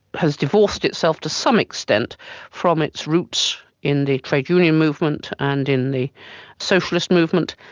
has divorced itself to some extent from its roots in the trade union movement and in the socialist movement,